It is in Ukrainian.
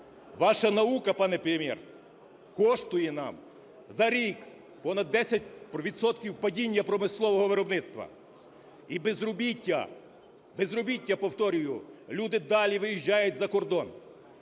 Ваша наука, пане Прем'єр, коштує нам за рік понад 10 відсотків падіння промислового виробництва і безробіття, безробіття, повторюю, люди далі виїжджають за кордон.